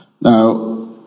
now